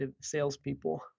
salespeople